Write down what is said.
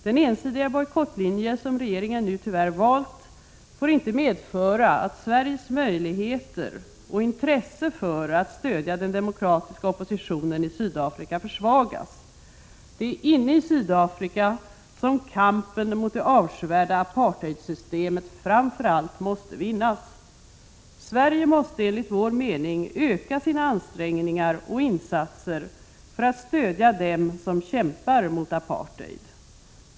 Den ensidiga bojkottlinje som regeringen nu tyvärr valt får inte medföra att Sveriges möjligheter och intresse för att stödja den demokratiska oppositionen i Sydafrika försvagas. Det är framför allt inne i Sydafrika som kampen mot det avskyvärda apartheidsystemet måste vinnas. Sverige måste enligt vår mening öka sina ansträngningar och insatser för att stödja dem som kämpar mot apartheid.